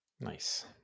nice